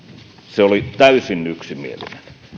se oli täysin yksimielinen minua